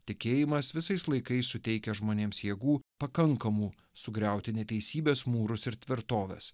tikėjimas visais laikais suteikia žmonėms jėgų pakankamų sugriauti neteisybės mūrus ir tvirtoves